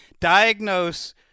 diagnose